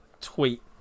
tweet